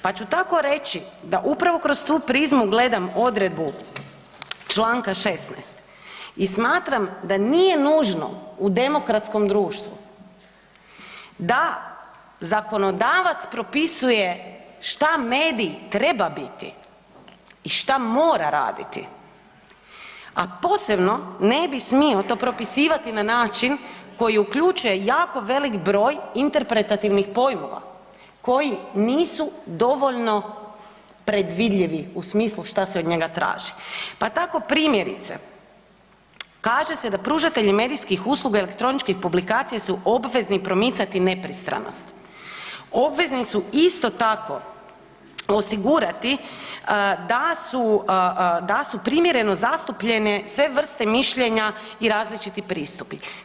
Pa ću tako reći da upravo kroz tu prizmu gledam odredbu čl. 16 i smatram da nije nužno u demokratskom društvu da zakonodavac propisuje što medij treba biti i što mora raditi, a posebno ne bi smio to propisivati na način koji uključuje jako velik broj interpretativnih pojmova koji nisu dovoljno predvidljivi u smislu što se od njega traži, pa tako primjerice, kaže se da pružatelji medijskih usluga i elektroničkih publikacija su obvezni promicati nepristranost, obvezni su isto tako, osigurati da su primjereno zastupljene sve vrste mišljenja i različiti pristupi.